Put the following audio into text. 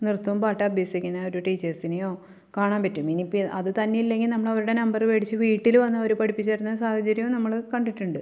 നൃത്തം പാട്ടഭ്യസിക്കുന്ന ഒരു ടീച്ചേഴ്സിനെയോ കാണാൻ പറ്റും ഇനിയിപ്പോൾ അതു തന്നെ ഇല്ലെങ്കിൽ നമ്മളവരുടെ നമ്പർ മേടിച്ച് വീട്ടിൽ വന്ന് അവർ പഠിപ്പിച്ചിരുന്ന സാഹചര്യവും നമ്മൾ കണ്ടിട്ടുണ്ട്